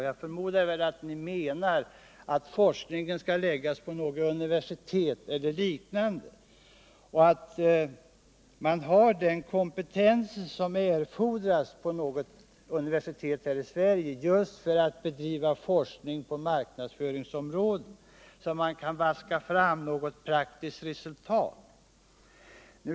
Jag förmodar att ni menar att forskningen skall läggas vid något universitet här i Sverige, där man har den kompetens som erfordras just för att bedriva forskning på marknadsområdet, så att man kan vaska fram något praktiskt resultat.